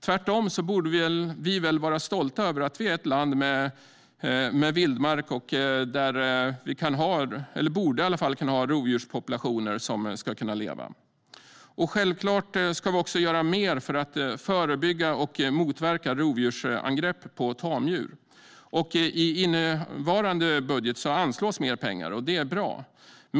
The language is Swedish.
Tvärtom borde vi väl vara stolta över att vi är ett land med vildmark där vi i alla fall borde kunna ha rovdjurspopulationer som ska kunna leva. Självklart ska vi också göra mer för att förebygga och motverka rovdjursangrepp på tamdjur. I innevarande budget anslås också mer pengar, och det är bra.